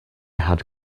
had